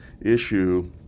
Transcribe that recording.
issue